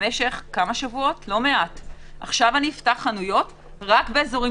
במשך לא מעט שבועות עכשיו אפתח חנויות רק באזורים